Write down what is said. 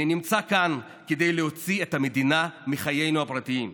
אני נמצא כאן כדי להוציא את המדינה מחיינו הפרטיים,